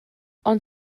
ond